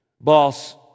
Boss